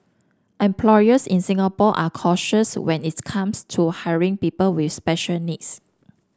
employers in Singapore are cautious when its comes to hiring people with special needs